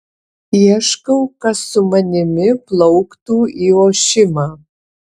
ieškau kas su manimi plauktų į ošimą